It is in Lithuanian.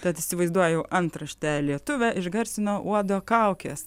tad įsivaizduoju antraštę lietuvę išgarsino uodo kaukės